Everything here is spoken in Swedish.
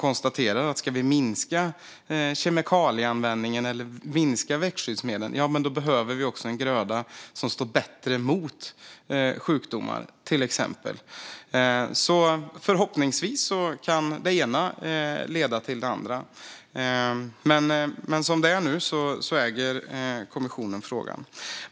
Om vi ska minska kemikalieanvändningen, det vill säga användningen av växtskyddsmedel, konstaterar man nämligen att vi också behöver en gröda som bättre står emot till exempel sjukdomar. Förhoppningsvis kan det ena leda till det andra, men som det är nu äger kommissionen frågan.